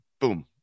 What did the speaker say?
boom